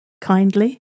kindly